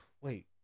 wait